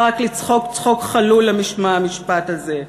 אפשר רק לצחוק צחוק חלול למשמע המשפט הזה.